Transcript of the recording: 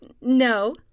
No